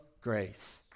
grace